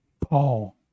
Paul